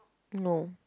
no